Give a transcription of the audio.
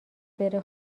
بره